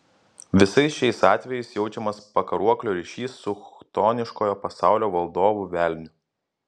visais šiais atvejais jaučiamas pakaruoklio ryšys su chtoniškojo pasaulio valdovu velniu